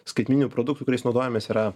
skaitmeninių produktų kuriais naudojamės yra